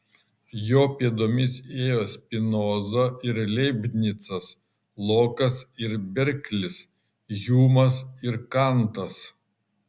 jo pėdomis ėjo spinoza ir leibnicas lokas ir berklis hjumas ir kantas